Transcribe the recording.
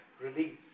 release